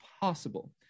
possible